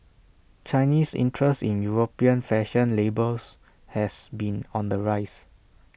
Chinese interest in european fashion labels has been on the rise